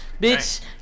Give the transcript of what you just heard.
Bitch